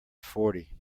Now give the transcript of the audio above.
forty